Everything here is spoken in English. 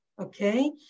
okay